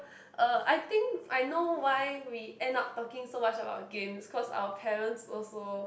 uh I think I know why we end up talking so much about games cause our parents also